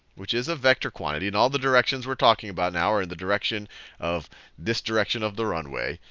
which is a vector quantity, and all the directions we're talking about now are in the direction of this direction of the runway.